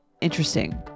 interesting